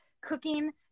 cooking